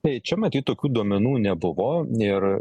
tai čia matyt tokių duomenų nebuvo ir